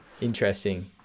Interesting